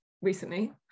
recently